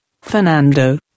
Fernando